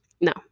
no